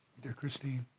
dear cristine,